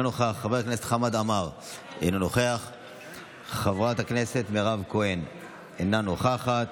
נוכח, חברת הכנסת מירב בן ארי, אינה נוכחת,